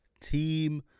Team